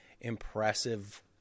impressive